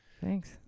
thanks